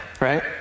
right